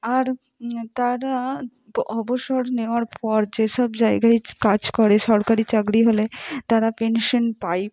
আর তারা অবসর নেওয়ার পর যে সব জায়গায় কাজ করে সরকারি চাকরি হলে তারা পেনশন পায়